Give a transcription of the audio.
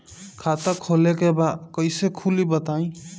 खाता खोले के बा कईसे खुली बताई?